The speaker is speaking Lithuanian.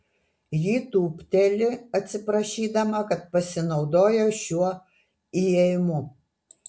ji tūpteli atsiprašydama kad pasinaudojo šiuo įėjimu